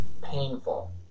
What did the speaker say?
painful